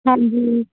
ਹਾਂਜੀ